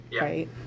right